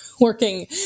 working